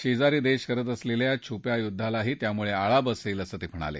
शेजारी देश करत असलेल्या छुप्या युद्वालाही त्यामुळे आळा बसेल असं ते म्हणाले